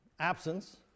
absence